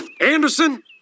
Anderson